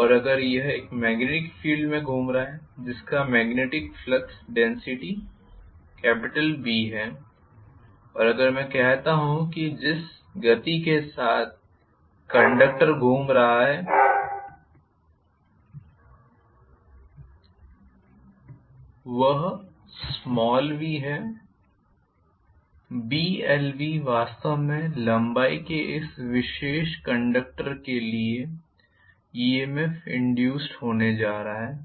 और अगर यह एक मेग्नेटिक फील्ड में घूम रहा है जिसका मेग्नेटिक फ्लक्स डेन्सिटी B है और अगर मैं कहता हूं कि जिस गति के साथ कंडक्टर घूम रहा है वह v है Bl v वास्तव में लंबाई के इस विशेष कंडक्टर के लिए इंड्यूस्ड ईएमएफ होने जा रहा है